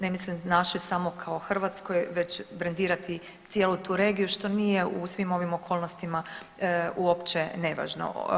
Ne mislim našoj samo kao hrvatskoj, već brendirati cijelu tu regiju što nije u svim ovim okolnostima uopće nevažno.